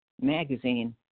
magazine